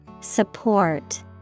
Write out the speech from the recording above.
Support